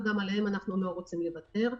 וגם עליהם אנחנו רוצים לוותר.